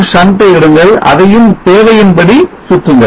R shunt ஐ எடுங்கள் அதையும் தேவையின் படிசுற்றுங்கள்